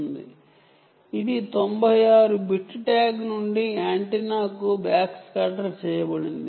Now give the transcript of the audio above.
EPC code ఇది 96 bit tag నుండి antenna కు బ్యాక్స్కాటర్ చేయబడింది